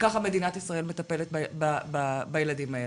שככה מדינת ישראל מטפלת בילדים האלה.